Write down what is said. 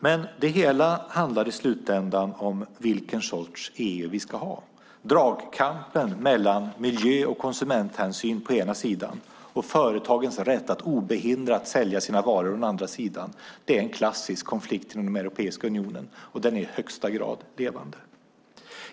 Men det hela handlar i slutändan om vilken sorts EU vi ska ha. Dragkampen mellan miljö och konsumenthänsyn på ena sidan och företagens rätt att obehindrat sälja sina varor på den andra sidan är en klassisk konflikt i Europeiska unionen, och den är i högsta grad levande.